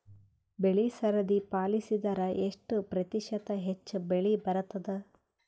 ಬೆಳಿ ಸರದಿ ಪಾಲಸಿದರ ಎಷ್ಟ ಪ್ರತಿಶತ ಹೆಚ್ಚ ಬೆಳಿ ಬರತದ?